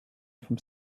from